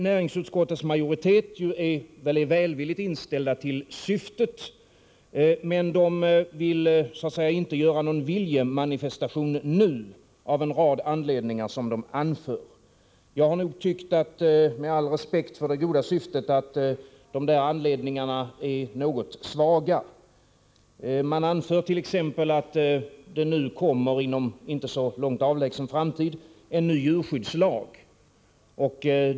Näringsutskottets majoritet är välvilligt inställd till syftet men vill, av en rad anledningar som man anför, inte göra någon viljemanifestation nu. Med all respekt för det goda syftet tycker jag att de anledningarna är något svaga. Man anför t.ex. att det inom en inte så avlägsen framtid kommer en ny djurskyddslag.